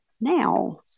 Now